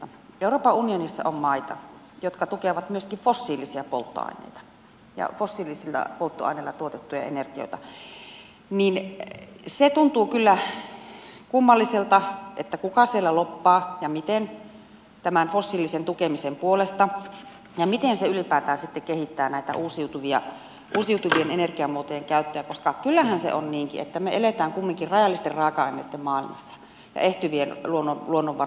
euroopan unionissa on maita jotka tukevat myöskin fossiilisia polttoaineita ja fossiilisilla polttoaineilla tuotettuja energioita ja se tuntuu kyllä kummalliselta että kuka siellä lobbaa ja miten tämän fossiilisen tukemisen puolesta ja miten se ylipäätään sitten kehittää näitä uusiutuvien energiamuotojen käyttöä koska kyllähän se on niinkin että me elämme kumminkin rajallisten raaka aineitten ja ehtyvien luonnonvarojen maailmassa